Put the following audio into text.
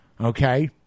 Okay